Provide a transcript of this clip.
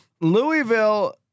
Louisville